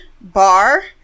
bar